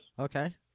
Okay